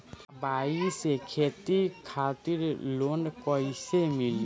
नाबार्ड से खेती खातिर लोन कइसे मिली?